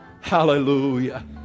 Hallelujah